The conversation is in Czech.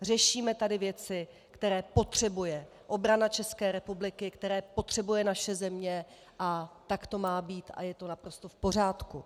Řešíme tady věci, které potřebuje obrana České republiky, které potřebuje naše země, a tak to má být a je to naprosto v pořádku.